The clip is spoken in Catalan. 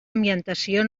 ambientació